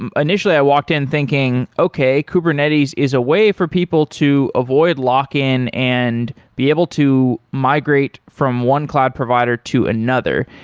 um initially i walked in thinking, okay. kubernetes is a way for people to avoid lock in and be able to migrate from one cloud provider to another.